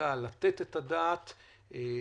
בוועדה לתת את הדעת ולבחון.